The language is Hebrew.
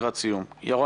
דיון